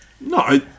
No